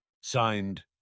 Signed